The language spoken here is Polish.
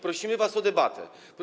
Prosimy was o debatę.